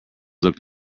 looked